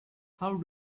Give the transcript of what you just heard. how